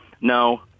no